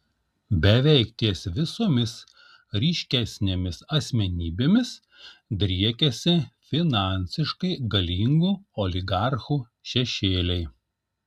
beveik ties visomis ryškesnėmis asmenybėmis driekiasi finansiškai galingų oligarchų šešėliai